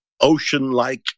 ocean-like